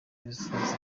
restaurant